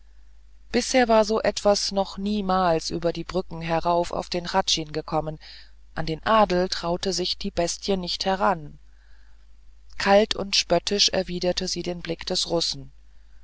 bisher war so etwas noch niemals über die brücken herüber auf den hradschin gekommen an den adel traute sich die bestie nicht heran kalt und spöttisch erwiderte sie den blick des russen